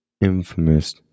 infamous